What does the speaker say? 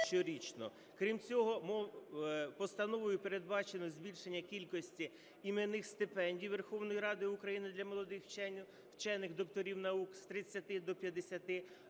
Крім цього, постановою передбачено збільшення кількості іменних стипендій Верховної Ради України для молодих вчених, докторів наук з 30 до 50,